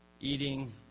eating